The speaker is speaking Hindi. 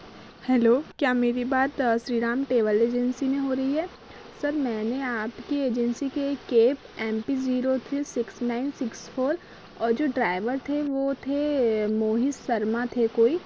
हेलो क्या मेरी बात श्रीराम टेबल एजेंसी में हो रही है सर मैंने आपके एजेंसी के एक cab M P zero three six nine six four जो ड्राइवर थे वह थे मोहित शर्मा थे कोई